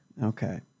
Okay